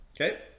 Okay